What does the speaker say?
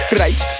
right